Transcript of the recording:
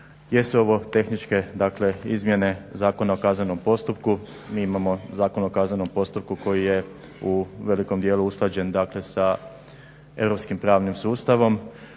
Jesu ovo tehničke dakle izmjene Zakona o kaznenom postupku, mi imamo Zakon o kaznenom postupku koji je u velikom djelu usklađen dakle sa europskim pravnom sustavom.